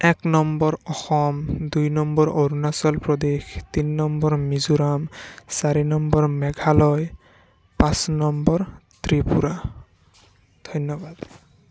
এক নম্বৰ অসম দুই নম্বৰ অৰুণাচল প্ৰদেশ তিনি নম্বৰ মিজোৰাম চাৰি নম্বৰ মেঘালয় পাঁচ নম্বৰ ত্ৰিপুৰা ধন্যবাদ